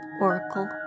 oracle